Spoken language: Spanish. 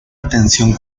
atención